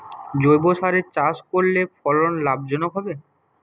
জৈবসারে চাষ করলে ফলন লাভজনক হবে?